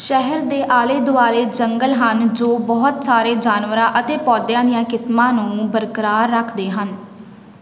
ਸ਼ਹਿਰ ਦੇ ਆਲੇ ਦੁਆਲੇ ਜੰਗਲ ਹਨ ਜੋ ਬਹੁਤ ਸਾਰੇ ਜਾਨਵਰਾਂ ਅਤੇ ਪੌਦਿਆਂ ਦੀਆਂ ਕਿਸਮਾਂ ਨੂੰ ਬਰਕਰਾਰ ਰੱਖਦੇ ਹਨ